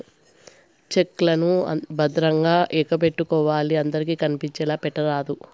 check లను భద్రంగా ఎగపెట్టుకోవాలి అందరికి కనిపించేలా పెట్టరాదు